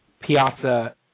Piazza –